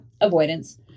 Avoidance